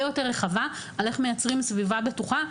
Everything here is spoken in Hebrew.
יותר רחבה על איך מייצרים סביבה בטוחה,